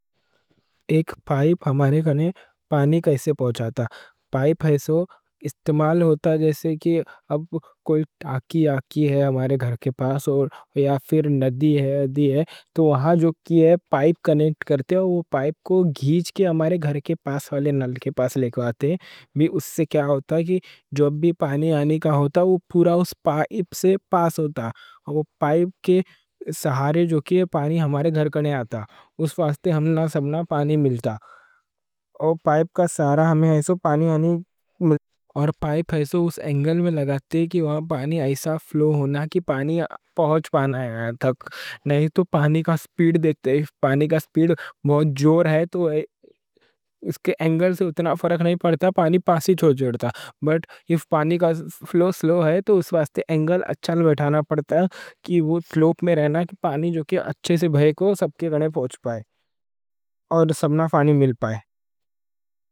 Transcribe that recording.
ایک پائپ ہمارے گھرے پانی کیسے پہنچاتا؟ پائپ ایسو استعمال ہوتا، جیسے کہ اب کوئی ٹانکی آکی ہے ہمارے گھرے کے پاس یا پھر ندی ہے، تو وہاں جو کی پائپ کنیکٹ کرتے۔ پائپ ایسو اس انگل میں لگاتے کہ وہاں پانی ایسو فلو ہونا کہ پانی پہنچ پانا۔ نہیں تو پانی کا اسپیڈ دیکھتے، پانی کا اسپیڈ بہت زور ہے تو اس کے انگل سے اتنا فرق نہیں پڑتا۔ پانی پاسے چھوڑ جڑتا، پانی کا فلو سلو ہے تو اس واسطے انگل اچھا لبٹھانا پڑتا کہ وہ سلوپ میں رہنا۔ کہ پانی جو کہ اچھے سے بھئے کو سب کے گھنے پہنچ پائے اور سب نہ پانی مل پائے۔